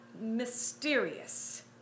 mysterious